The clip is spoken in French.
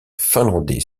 finlandais